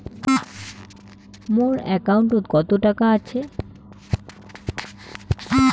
মোর একাউন্টত কত টাকা আছে?